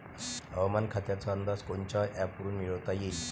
हवामान खात्याचा अंदाज कोनच्या ॲपवरुन मिळवता येईन?